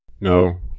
No